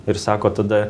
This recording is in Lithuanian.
ir sako tada